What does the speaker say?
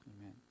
Amen